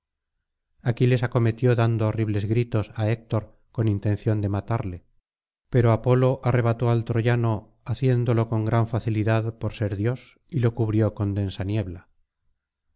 pies aquiles acometió dando horribles gritos á héctor con intención de matarle pero apolo arrebató al troyano haciéndolo con gran facilidad por ser dios y lo cubrió con densa niebla